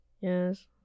Yes